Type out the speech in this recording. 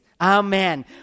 Amen